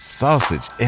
sausage